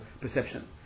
perception